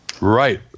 right